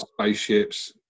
spaceships